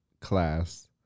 class